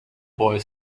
boy